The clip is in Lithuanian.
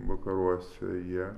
vakaruose jie